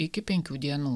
iki penkių dienų